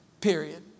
period